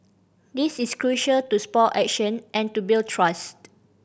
this is crucial to spur action and to build trust